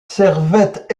servaient